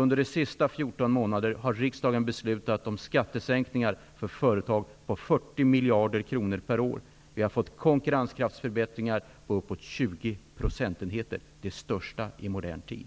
riksdagen under de senaste 14 månaderna har beslutat om skattesänkningar för företag på 40 miljarder kronor per år. Vi har fått konkurrenskraftsförbättringar på uppåt 20 procentenheter, de största i modern tid.